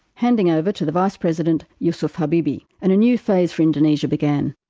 handing over to the vice president jusuf habibie, and a new phase for indonesia began.